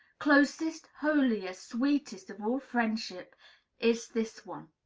closest, holiest, sweetest of all friendships is this one,